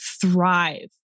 thrive